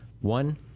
One